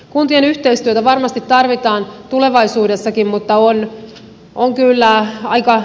kuntien yhteistyötä varmasti tarvitaan tulevaisuudessakin mutta onni on kyllä aika